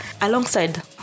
Alongside